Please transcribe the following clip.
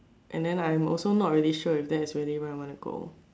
and then I'm also not really sure is that's really where I want to go